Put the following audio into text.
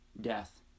death